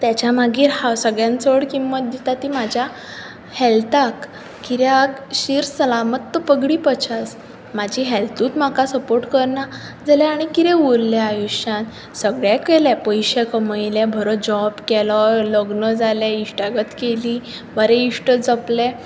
तेच्या मागीर हांव सगळ्यांत चड किंमत दितां ती म्हज्या हॅल्थाक कित्याक शीर सलामत तो पगडी पछास म्हजी हॅल्थूच म्हाका सपोर्ट करना जाल्यार आनी कितें उरलें आयुश्यांत सगळें केलें पयशे कमयले बरो जॉब केलो लग्न जालें इश्टागत केली बरे इश्ट जपले